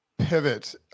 Pivot